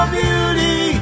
beauty